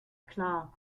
klar